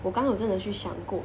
我刚好真的去想过